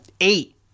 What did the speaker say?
eight